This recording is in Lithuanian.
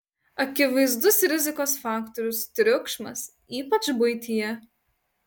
akivaizdus rizikos faktorius triukšmas ypač buityje